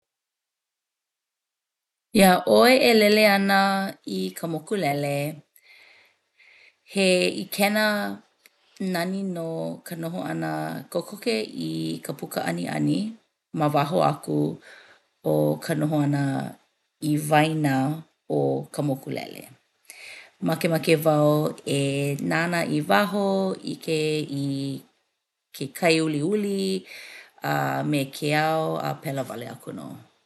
Iā ʻoe e lele ana i ka mokulele, he ʻikena nani nō ka noho ʻana kokoke i ka pukaaniani ma waho aku o ka noho ʻana i waena o ka mokulele. Makemake wau e nānā i waho, ʻike i ke kai uliuli a me ke ao a pēlā wale aku nō.